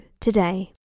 today